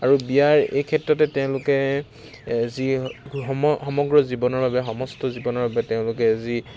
আৰু বিয়াৰ এই ক্ষেত্ৰতে তেওঁলোকে যি সম সমগ্ৰ জীৱনৰ বাবে সমস্ত জীৱনৰ বাবে তেওঁলোকে যি